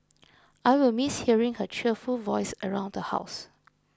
I will miss hearing her cheerful voice around the house